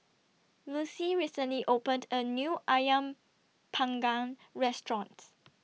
Lucie recently opened A New Ayam Panggang restaurants